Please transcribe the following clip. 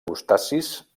crustacis